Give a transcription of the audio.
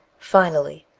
finally,